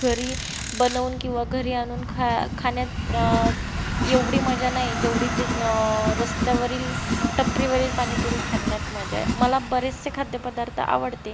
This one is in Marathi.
घरी बनवून किंवा घरी आणून खाया खाण्यात एवढी मजा नाही जेवढी ती रस्त्यावरील टपरीवरील पाणीपुरी खाण्यात मजा आहे मला बरेचसे खाद्यपदार्थ आवडते